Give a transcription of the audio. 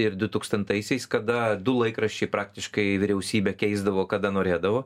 ir du tūkstantaisiais kada du laikraščiai praktiškai vyriausybę keisdavo kada norėdavo